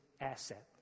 asset